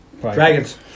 Dragons